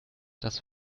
das